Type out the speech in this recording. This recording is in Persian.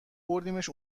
بردیمش